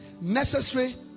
necessary